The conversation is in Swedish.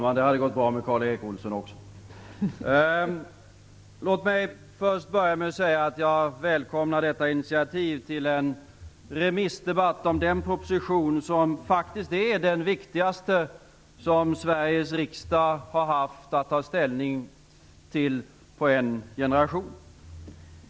Fru talman! Låt mig börja med att säga att jag välkomnar detta initiativ till en remissdebatt om den proposition som faktiskt är den viktigaste som Sveriges riksdag har haft att ta ställning till på en generation.